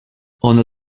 one